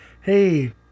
hey